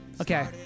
Okay